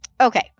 Okay